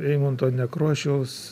eimunto nekrošiaus